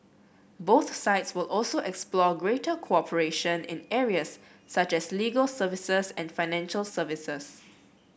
both sides will also explore greater cooperation in areas such as legal services and financial services